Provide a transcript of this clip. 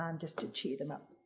um just to cheer them up.